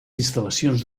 instal·lacions